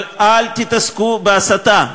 אבל אל תתעסקו בהסתה.